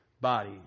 body